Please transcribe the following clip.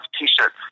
t-shirts